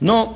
No